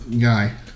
guy